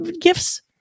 gifts